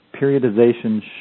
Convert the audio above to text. periodization